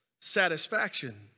Satisfaction